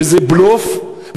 שזה בלוף,